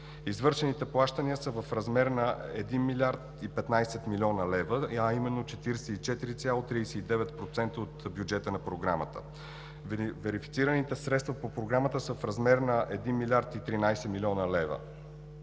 Извършените плащания са в размер на 1 млрд. 15 млн. лв., а именно 44,39% от бюджета на Програмата. Верифицираните средства по Програмата са в размер на 1 млрд. 13 млн. лв.;